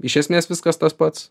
iš esmės viskas tas pats